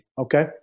Okay